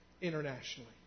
internationally